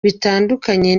bitandukanye